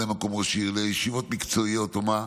מקום ראש עיר לישיבות מקצועיות ואני נכנס,